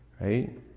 right